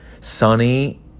sunny